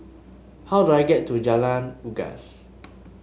how do I get to Jalan Unggas